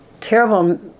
terrible